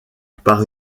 par